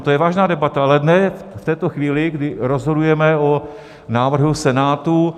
To je vážná debata, ale ne v této chvíli, kdy rozhodujeme o návrhu Senátu.